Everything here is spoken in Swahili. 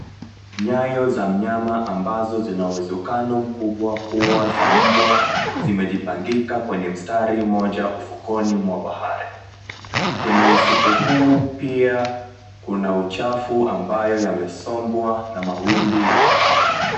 Nyayo za mnyama mkubwa ambazo zinawezekano mkubwa kuwa za mbwa zimejipangika kwenye mstari mmoja ufukoni mwa bahari. Kwenye ufuko huu pia kuna uchafu ambayo yamesombwa na mawimbi ya bahari.